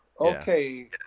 Okay